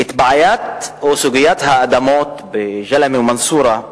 בעיית או סוגיית האדמות בג'למה ומנסורה,